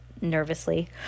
nervously